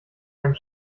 einen